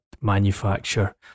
manufacture